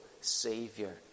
Savior